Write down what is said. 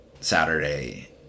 Saturday